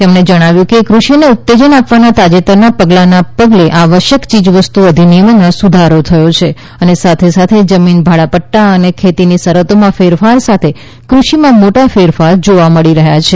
તેમણે જણાવ્યું કે કૃષિને ઉત્તેજન આપવાના તાજેતરનાં પગલાનાં પગલે આવશ્યક ચીજવસ્તુ અધિનિયમમાં સુધારો થયો છે અને સાથે સાથે જમીન ભાડાપદ્દા અને ખેતીની શરતોમાં ફેરફાર સાથે કૃષિમાં મોટા ફેરફારો જોવા મળી રહ્યા છે